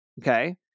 Okay